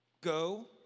Go